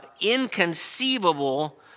inconceivable